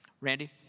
Randy